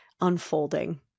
unfolding